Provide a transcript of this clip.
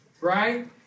right